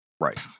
Right